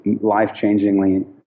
life-changingly